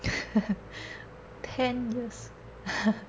ten years